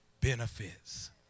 benefits